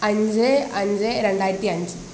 അഞ്ച് അഞ്ച് രണ്ടായിരത്തി അഞ്ച്